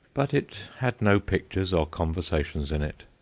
but it had no pictures or conversations in it,